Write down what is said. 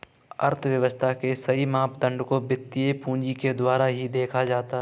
अर्थव्यव्स्था के सही मापदंड को वित्तीय पूंजी के द्वारा ही देखा जाता है